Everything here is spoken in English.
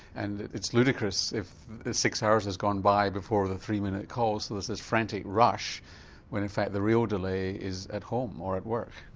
and it's ludicrous if six hours have gone by before the three minute call, so there's this frantic rush when in fact the real delay is at home or at work.